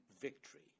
victory